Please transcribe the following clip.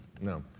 No